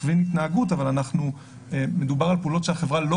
מכוון התנהגות אבל מדובר בפעולות שהחברה אינה